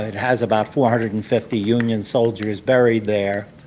has about four hundred and fifty union soldiers buried there.